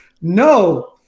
No